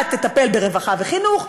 בת תטפל ברווחה וחינוך,